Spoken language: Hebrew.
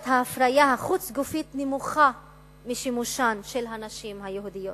ההפריה החוץ-גופית נמוך משימוש הנשים היהודיות,